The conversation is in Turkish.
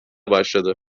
başladı